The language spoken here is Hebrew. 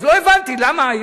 אז לא הבנתי למה,